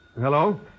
Hello